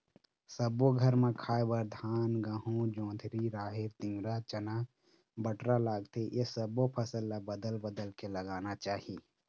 सब्बो घर म खाए बर धान, गहूँ, जोंधरी, राहेर, तिंवरा, चना, बटरा लागथे ए सब्बो फसल ल बदल बदल के लगाना चाही